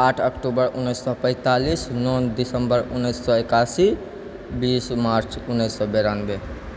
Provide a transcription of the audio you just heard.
आठ अक्टूबर उन्नैस सए पैंतालीस नओ दिसम्बर उन्नैस सए एकासी बीस मार्च उन्नैस सए बेरानबे